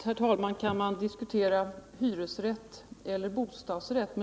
Herr talman! Självfallet kan man diskutera frågan om hyresrätt eller bostadsrätt.